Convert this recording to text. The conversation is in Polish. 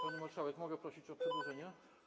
Pani marszałek, mogę prosić o przedłużenie?